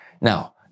Now